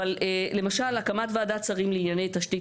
אבל למשל, הקמת ועדת שרים לענייני תשתית